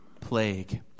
plague